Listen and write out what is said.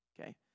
Okay